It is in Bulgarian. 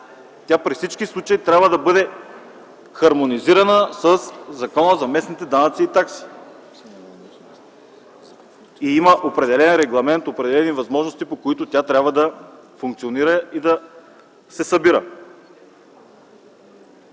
мен при всички случаи трябва да бъде хармонизирана със Закона за местните данъци и такси. Има определен регламент, определени възможности, по които тя трябва да функционира и да се събира.